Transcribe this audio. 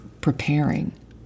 preparing